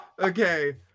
Okay